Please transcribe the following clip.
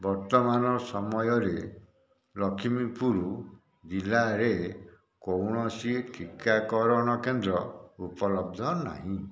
ବର୍ତ୍ତମାନ ସମୟରେ ଲକ୍ଷ୍ମୀପୁର ଜିଲ୍ଲାରେ କୌଣସି ଟିକାକରଣ କେନ୍ଦ୍ର ଉପଲବ୍ଧ ନାହିଁ